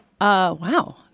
Wow